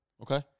Okay